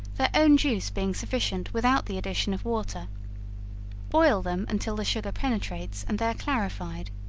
their own juice being sufficient without the addition of water boil them until the sugar penetrates and they are clarified.